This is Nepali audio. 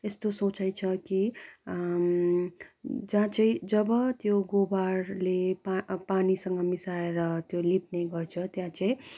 यस्तो सोचाइ छ कि जहाँ चाहिँ जब त्यो गोबरले पा पानीसँग मिसाएर त्यो लिप्ने गर्छ त्यहाँ चाहिँ